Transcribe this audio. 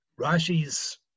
Rashi's